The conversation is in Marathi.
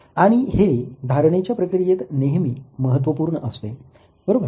आणि हे धारणेच्या प्रक्रियेत नेहमी महत्वपूर्ण असते बरोबर